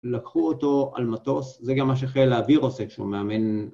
לקחו אותו על מטוס, זה גם מה שחיל האוויר עושה כשהוא מאמן...